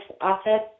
office